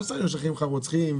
לא משחררים רוצחים.